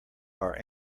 are